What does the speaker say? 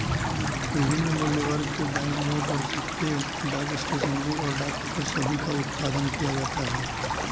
विभिन्न मूल्यवर्ग के बैंकनोट और सिक्के, डाक स्टेशनरी, और डाक टिकट सभी का उत्पादन किया जाता है